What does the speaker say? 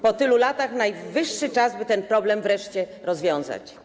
Po tylu latach najwyższy czas, by ten problem wreszcie rozwiązać.